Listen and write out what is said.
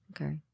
Okay